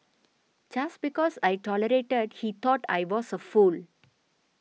just because I tolerated he thought I was a fool